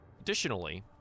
Additionally